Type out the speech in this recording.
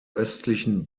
östlichen